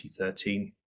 2013